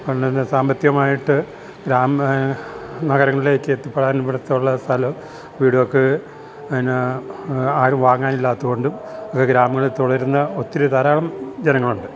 അതൊണ്ടന്നെ സാമ്പത്തികമായിട്ട് ഗ്രാമം നഗരങ്ങളിലേക്ക് എത്തിപ്പെടാൻ പിടുത്തുള്ള സ്ഥലം വീടൊക്കെ എന്നാ ആരും വാങ്ങാനില്ലാത്ത കൊണ്ടും ഒക്കെ ഗ്രാമങ്ങളിൽ തുടരുന്ന ഒത്തിരി ധാരാളം ജനങ്ങളുണ്ട്